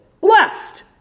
blessed